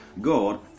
God